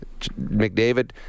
McDavid